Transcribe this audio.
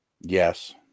Yes